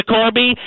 Corby